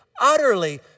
utterly